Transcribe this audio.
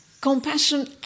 compassion